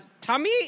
tummy